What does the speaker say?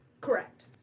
Correct